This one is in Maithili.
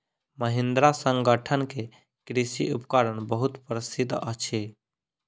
महिंद्रा संगठन के कृषि उपकरण बहुत प्रसिद्ध अछि